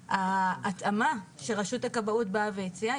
ההתאמה שרשות הכבאות באה והציעה,